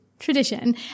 Tradition